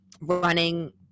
running